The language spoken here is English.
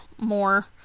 more